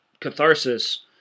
catharsis